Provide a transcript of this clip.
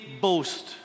boast